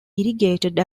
irrigated